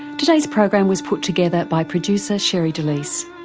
today's program was put together by producer sherre delys.